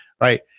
right